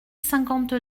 cinquante